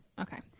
Okay